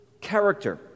character